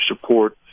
support